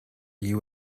you